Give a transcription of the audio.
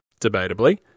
debatably